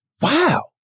wow